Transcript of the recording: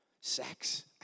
Sex